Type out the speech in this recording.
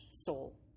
Soul